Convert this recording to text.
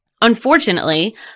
Unfortunately